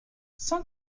cent